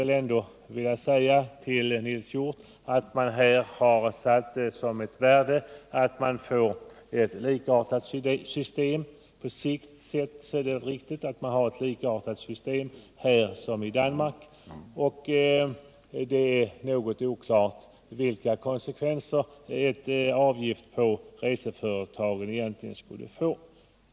Jag skulle vilja säga till Nils Hjorth att vi här ser det som värdefullt att man får ett likartat system. På sikt är det nödvändigt att ha ett likartat system här och i Danmark. Det är något oklart vilka konsekvenser en avgift på reseföretagen egentligen skulle få.